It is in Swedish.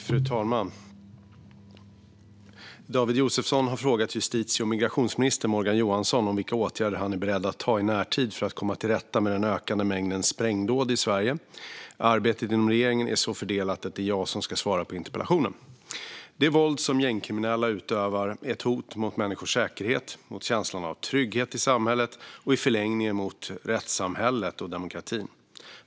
Fru talman! David Josefsson har frågat justitie och migrationsminister Morgan Johansson vilka åtgärder han är beredd att ta i närtid för att komma till rätta med den ökade mängden sprängdåd i Sverige. Arbetet inom regeringen är så fördelat att det är jag som ska svara på interpellationen. Det våld som gängkriminella utövar är ett hot mot människors säkerhet, mot känslan av trygghet i samhället och i förlängningen mot rättssamhället och demokratin.